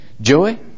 Joey